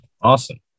awesome